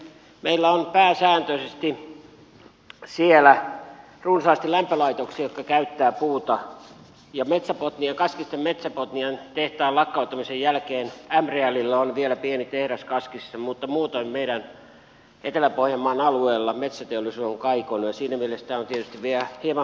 meillä on pääsääntöisesti siellä runsaasti lämpölaitoksia jotka käyttävät puuta ja kaskisten metsä botnian tehtaan lakkauttamisen jälkeen m realilla on vielä pieni tehdas kaskisissa mutta muutoin meidän etelä pohjanmaan alueella metsäteollisuus on kaikonnut ja siinä mielessä tämä on vielä hieman hankala asia